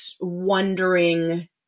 wondering